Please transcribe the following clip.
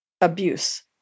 abuse